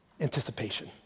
anticipation